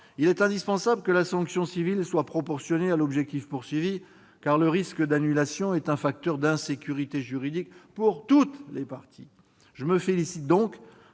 il est indispensable que la sanction civile soit proportionnée à l'objectif poursuivi, car le risque d'annulation est un facteur d'insécurité juridique pour toutes les parties. Je me félicite donc